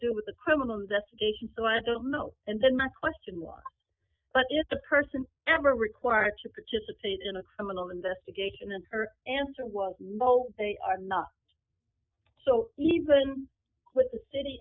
do with the criminal investigation so i don't know and then my question was but if the person ever required to participate in a criminal investigation then her answer was no they are not so even with the city